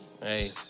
Hey